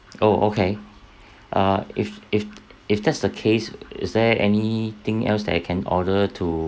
oh okay uh if if if that's the case is there anything else that I can order to